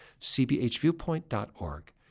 cbhviewpoint.org